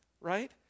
right